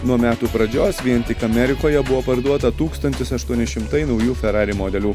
nuo metų pradžios vien tik amerikoje buvo parduota tūkstantis aštuoni šimtai naujų ferrari modelių